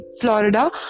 Florida